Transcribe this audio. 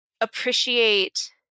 Appreciate